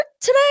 today